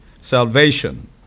salvation